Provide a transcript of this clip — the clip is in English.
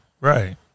Right